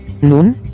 Nun